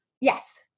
yes